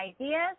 ideas